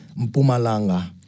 Mpumalanga